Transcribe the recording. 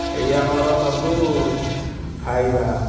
ଏଇ ଆମର ସବୁ ଖାଇବା